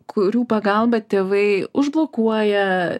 kurių pagalba tėvai užblokuoja